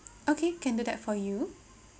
okay can do that for you